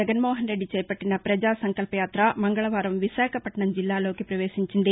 జగన్మోహన్రెడ్డి చేపట్టిన ప్రజా సంకల్పయాత్ర మంగకవారం విశాఖపట్నం జిల్లాలోకి ప్రవేశించింది